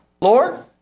Lord